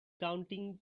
counting